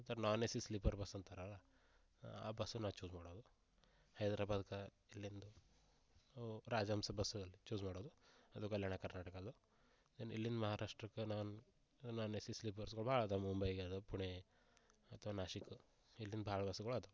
ನಾನ್ AC sleeper bus ಅಂತಾರಲ್ಲ ಆ bus ನಾ ಚೂಸ್ ಮಾಡೋದು ಹೈದ್ರಬಾದ್ಗೆ ಇಲ್ಲಿಂದ ಸೊ ರಾಜಹಂಸ ಬಸ್ ಅಲ್ಲಿ ಚೂಸ್ ಮಾಡೋದು ಅದು ಕಲ್ಯಾಣ ಕರ್ನಾಟಕದು ಇಲ್ಲಿಂದ ಮಹಾರಾಷ್ಟ್ರಕ್ಕೆ ನಾನ್ ನಾನ್ ಎಸಿ ಸ್ಲೀಪರ್ಸ್ಗಳು ಭಾಳದಾವ ಮುಂಬೈಗೆ ಅದಾವ ಪುಣೆ ಅಥ್ವ ನಾಸಿಕ್ ಇಲ್ಲಿಂದ ಭಾಳ್ ಬಸ್ಸುಗಳದಾವ